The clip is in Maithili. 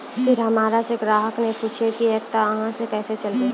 फिर हमारा से ग्राहक ने पुछेब की एकता अहाँ के केसे चलबै?